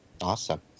Awesome